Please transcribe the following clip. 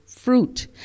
fruit